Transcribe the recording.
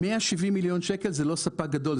170 מיליון שקלים זה לא ספק גדול,